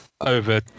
over